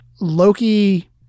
Loki